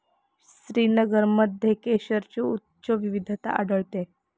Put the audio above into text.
श्रीनगरमध्ये केशरची उच्च विविधता आढळते